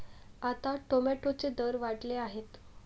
आता टोमॅटोचे दर वाढले आहेत